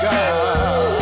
God